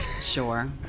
Sure